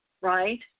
right